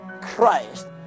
Christ